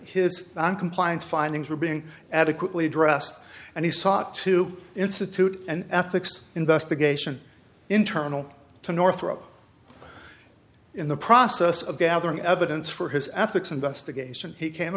noncompliance findings were being adequately addressed and he sought to institute an ethics investigation internal to northrop in the process of gathering evidence for his ethics investigation he came